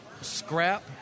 scrap